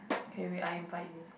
okay wait I invite